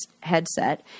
headset